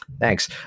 Thanks